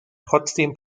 trotzdem